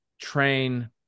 train